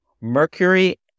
Mercury